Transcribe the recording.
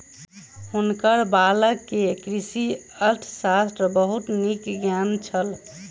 हुनकर बालक के कृषि अर्थशास्त्रक बहुत नीक ज्ञान छल